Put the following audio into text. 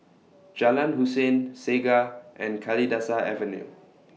Jalan Hussein Segar and Kalidasa Avenue